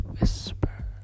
whisper